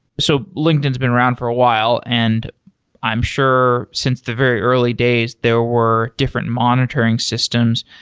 so linkedin has been around for a while. and i'm sure since the very early days, there were different monitoring systems.